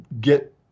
get